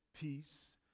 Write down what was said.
Peace